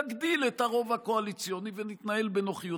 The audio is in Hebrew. נגדיל את הרוב הקואליציוני ונתנהל בנוחיות.